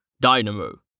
Dynamo